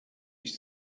ich